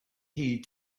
heed